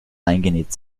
eingenäht